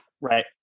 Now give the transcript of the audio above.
Right